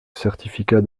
certificat